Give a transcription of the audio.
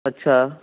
ਅੱਛਾ